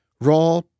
raw